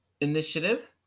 initiative